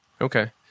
Okay